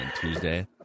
Tuesday